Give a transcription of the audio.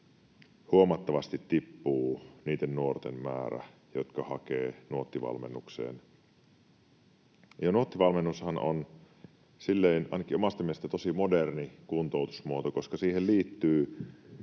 huomattavasti tippuu niitten nuorten määrä, jotka hakevat Nuotti-valmennukseen. Nuotti-valmennushan on, ainakin omasta mielestäni, tosi moderni kuntoutusmuoto, koska siinä voi